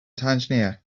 tangier